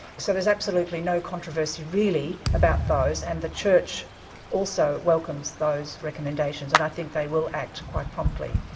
so there's absolutely no controversy really about those, and the church also welcomes those recommendations and i think they will act quite promptly.